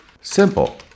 Simple